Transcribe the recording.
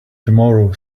tomorrow